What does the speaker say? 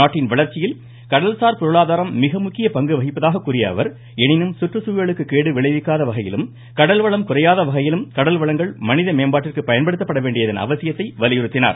நாட்டின் வளர்ச்சியில் கடல்சார் பொருளாதாரம் மிக முக்கிய பங்கு வகிப்பதாகக் கூறியஅவர் எனினும் சுற்றுச்சூழலுக்கு கேடு விளைவிக்காத வகையிலும் கடல் வளம் குறையாத வகையிலும் கடல் வளங்கள் மனித மேம்பாட்டிற்கு பயன்படுத்தப்பட வேண்டியதன் அவசியத்தை வலியுறுத்தினார்